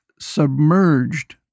submerged